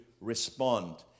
respond